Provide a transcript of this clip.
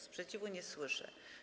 Sprzeciwu nie słyszę.